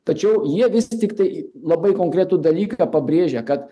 tačiau jie vis tiktai labai konkretų dalyką pabrėžia kad